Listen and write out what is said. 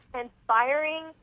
inspiring